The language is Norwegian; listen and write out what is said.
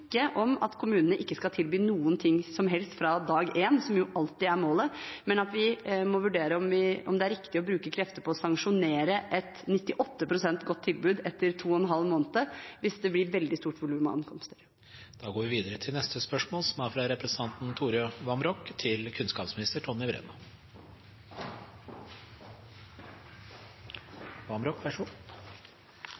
om at kommunene ikke skal tilby noe som helst fra dag nummer én, som alltid er målet, men at vi må vurdere om det er riktig å bruke krefter på å sanksjonere et 98 pst. godt tilbud etter 2,5 måneder hvis det blir et veldig stort volum på ankomstene. «Utdanningsdirektoratet har varslet at de skal prøve ut flere alternativer til eksamen, med begrunnelse i fagfornyelsen. Dette står i kontrast til